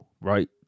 right